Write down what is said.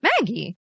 Maggie